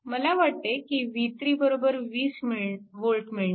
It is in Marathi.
मला वाटते की v320V मिळणार